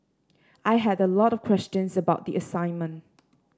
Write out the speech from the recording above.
I had a lot of questions about the assignment